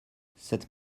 cette